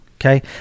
Okay